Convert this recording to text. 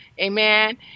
amen